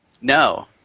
No